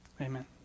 Amen